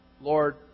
Lord